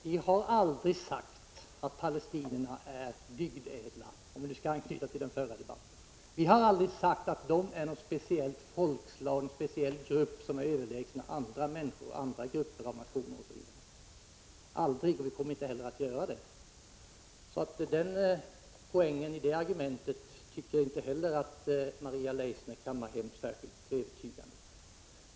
Vi har aldrig sagt att palestinierna är ”dygdädla”, för att anknyta till den förra debatten. Vi har aldrig sagt att palestinierna är något speciellt folkslag eller någon speciell grupp, att de är överlägsna andra människor och andra grupper etc. Vi har aldrig sagt något sådant och vi kommer heller aldrig att göra det. Jag tycker alltså att Maria Leissner inte heller med det argumentet särskilt övertygande kammade hem någon poäng.